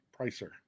Pricer